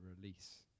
release